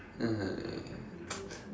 !aiya!